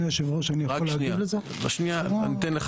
אני רק רוצה